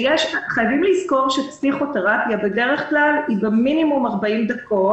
חייבים לזכור שפסיכותרפיה בדרך כלל היא מינימום 40 דקות,